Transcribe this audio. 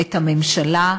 את הממשלה,